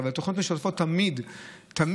אבל תוכניות משותפות הן תמיד אלה